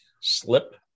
slip